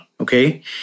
Okay